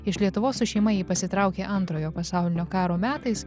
iš lietuvos su šeima ji pasitraukė antrojo pasaulinio karo metais